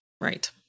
Right